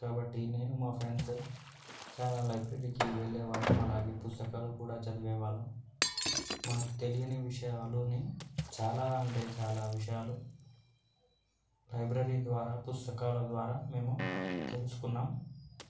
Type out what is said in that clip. కాబట్టి నేను మా ఫ్రెండ్ చాలా లైబ్రరీకి వెళ్ళే వాళ్ళం అలాగే పుస్తకాలు కూడా చదివే వాళ్ళం మాకు తెలియని విషయాలని చాలా అంటే చాలా విషయాలు లైబ్రరీ ద్వారా పుస్తకాల ద్వారా మేము తెలుసుకున్నాం